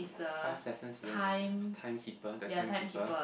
five lessons in time keeper the time keeper